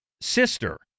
sister